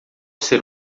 ser